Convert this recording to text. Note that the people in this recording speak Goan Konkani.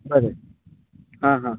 बरे हा हा